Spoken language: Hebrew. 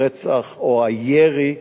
הרצח או הירי,